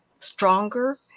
stronger